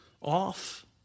off